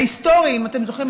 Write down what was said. אם אתם זוכרים,